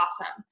awesome